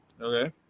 Okay